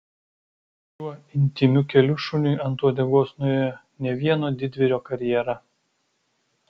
šiuo intymiu keliu šuniui ant uodegos nuėjo ne vieno didvyrio karjera